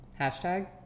Hashtag